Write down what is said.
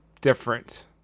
different